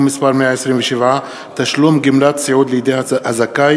מס' 127) (תשלום גמלת סיעוד לידי הזכאי,